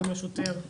מה עושים עם השוטר?